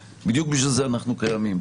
קיימים,